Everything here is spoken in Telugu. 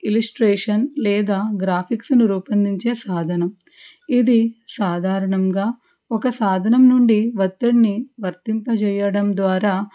ఇల్లుస్ట్రేషన్ లేదా గ్రాఫిక్స్ను రూపొందించే సాధనం ఇది సాధారణంగా ఒక సాధనం నుండి వత్తిడిని వర్తింపచేయడం ద్వారా